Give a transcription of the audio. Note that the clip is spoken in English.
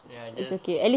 ya just